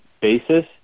basis